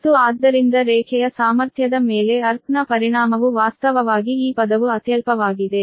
ಮತ್ತು ಆದ್ದರಿಂದ ರೇಖೆಯ ಸಾಮರ್ಥ್ಯದ ಮೇಲೆ ಅರ್ಥ್ ನ ಪರಿಣಾಮವು ವಾಸ್ತವವಾಗಿ ಈ ಪದವು ಅತ್ಯಲ್ಪವಾಗಿದೆ